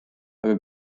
aga